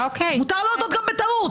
מותר להודות גם בטעות.